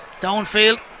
downfield